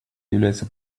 является